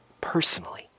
personally